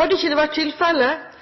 Hadde ikke det vært tilfellet,